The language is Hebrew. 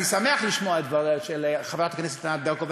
אני שמח לשמוע את דבריה של חברת הכנסת ענת ברקו.